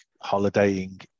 holidaying